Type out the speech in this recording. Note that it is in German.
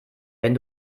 wenn